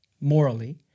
morally